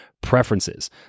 preferences